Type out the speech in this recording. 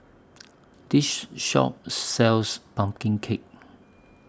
This Shop sells Pumpkin Cake